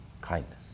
kindness